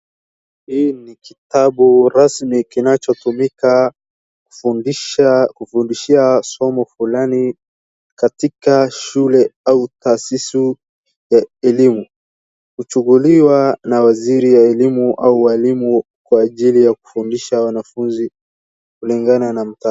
Hii ni kitabu rasmi kinachotumika kufundishia somo fulani katika shule au taasisi ya elimu , hukuchukuliwa na waziri wa elimu au walimu kwa ajili ya kufundisha wanafunzi , kulingana na mtaaluma .